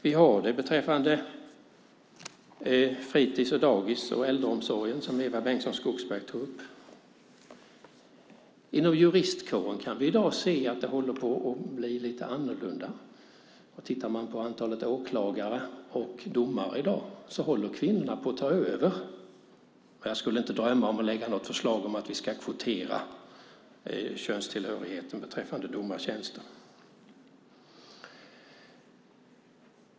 Vi har det beträffande fritis, dagis och äldreomsorg, som Eva Bengtson Skogsberg tog upp. Inom juristkåren kan vi i dag se att det håller på att bli lite annorlunda. Tittar man på antalet åklagare och domare i dag ser man att kvinnorna håller på att ta över. Jag skulle dock inte drömma om att lägga fram något förslag om att vi ska kvotera utifrån könstillhörighet beträffande domartjänster.